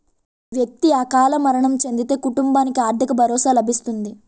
వ్యక్తి అకాల మరణం చెందితే కుటుంబానికి ఆర్థిక భరోసా లభిస్తుంది